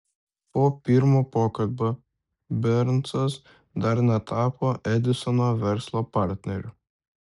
po pirmo pokalbio bernsas dar netapo edisono verslo partneriu